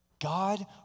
God